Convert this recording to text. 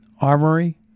armory